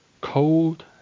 Cold